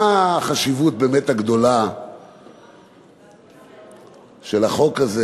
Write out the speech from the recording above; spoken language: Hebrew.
מהי באמת החשיבות הגדולה של החוק הזה,